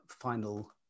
final